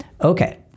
Okay